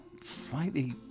slightly